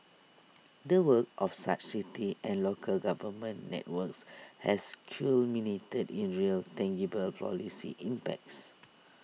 the work of such city and local government networks has culminated in real tangible policy impacts